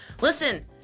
Listen